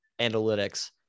analytics